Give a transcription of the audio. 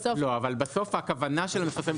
בסוף יש את הכוונה של המפרסם.